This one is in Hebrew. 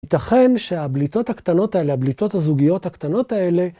ייתכן שהבליטות הקטנות האלה, הבליטות הזוגיות הקטנות האלה,